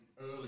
early